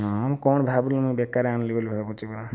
ହଁ ମୁଁ କ'ଣ ଭାବିଲି ମୁଁ ବେକାର ଆଣିଲି ବୋଲି ଭାବୁଛି ବା